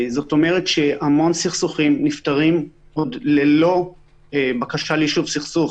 זאת אומרת שהמון סכסוכים נפתרים ללא בקשה ליישוב סכסוך.